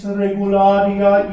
regularia